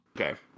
Okay